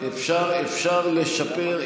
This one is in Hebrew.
אפשר לשפר,